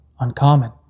uncommon